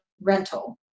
rental